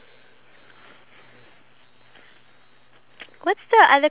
something useless but it's beneficial you know